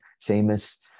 famous